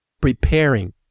preparing